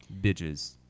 bitches